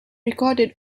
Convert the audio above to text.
recorded